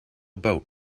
boat